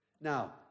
Now